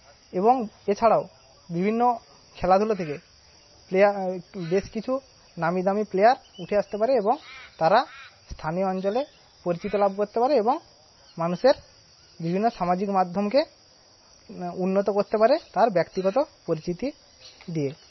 এবং এছাড়াও বিভিন্ন খেলাধুলা থেকে প্লেয়ার বেশ কিছু নামিদামি প্লেয়ার উঠে আসতে পারে এবং তারা স্থানীয় অঞ্চলে পরিচিতি লাভ করতে পারে এবং মানুষের বিভিন্ন সামাজিক মাধ্যমকে উন্নত করতে পারে তার ব্যাক্তিগত পরিচিতি দিয়ে